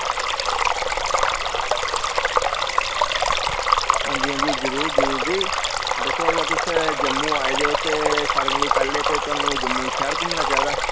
हांजी हांजी जरूर जरूर जी दिक्खो अगर तुस जम्मू आये दे ओ ते सारें कोलो पैह्ले ते थोआनू जम्मू शैह्र घुम्मना चाहिदा